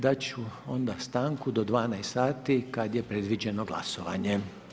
Dat ću onda stanku do 12,00 sati kada je predviđeno glasovanje.